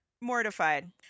Mortified